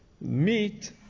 Meet